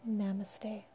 namaste